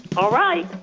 all right.